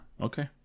Okay